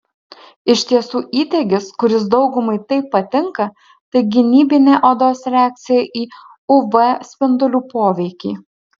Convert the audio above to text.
iš tiesų įdegis kuris daugumai taip patinka tai gynybinė odos reakcija į uv spindulių poveikį